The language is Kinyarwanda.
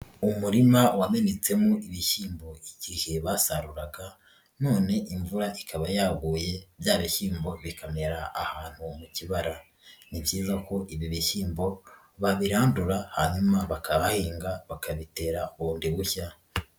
Amurima wamenetsemo ibishyimbo igihe basaruraga none imvura ikaba yaguye bya bishyimbo bikamera ahantu mu kibara, ni byiza ko ibi bishyimbo babiradura hanyuma bakahahinga bakabitera bundi bushya.